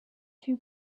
two